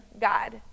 God